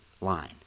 line